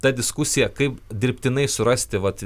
ta diskusija kaip dirbtinai surasti vat